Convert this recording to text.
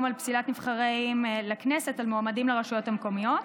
על פסילת נבחרים לכנסת על מועמדים לרשויות המקומיות,